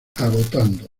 agotando